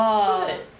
so like